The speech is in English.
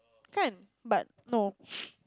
can but no